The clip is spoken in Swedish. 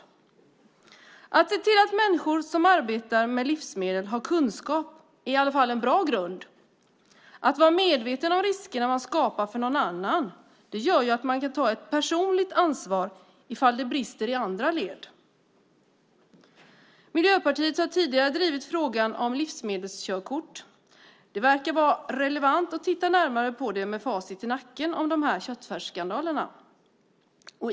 Att vara medveten om riskerna man skapar för någon annan gör att man kan ta ett personligt ansvar om det brister i andra led. Miljöpartiet har tidigare drivit frågan om livsmedelskörkort. Det verkar vara relevant att titta närmare på det med facit i hand från köttfärsskandalerna.